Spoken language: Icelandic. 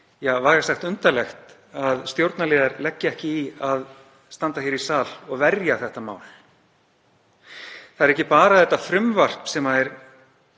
sé vægast sagt undarlegt að stjórnarliðar leggi ekki í að standa hér í sal og verja þetta mál. Það er ekki bara þetta frumvarp sem er